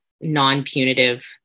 non-punitive